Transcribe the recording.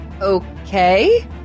Okay